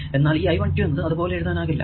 എന്നാൽ ഈ I 12 എന്നത് അത് പോലെ എഴുതാനാകില്ല